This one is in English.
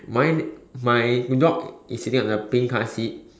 mine my dog is sitting on the pink colour seat